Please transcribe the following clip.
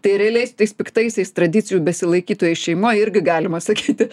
tai realiai su tais piktaisiais tradicijų besilaikytojais šeimoj irgi galima sakyti